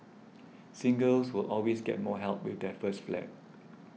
singles will always get more help with their first flat